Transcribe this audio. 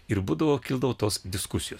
ir būdavo kildavo tos diskusijos